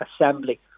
assembly